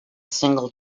single